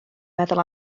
meddwl